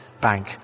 Bank